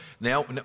now